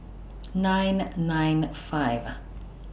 nine nine five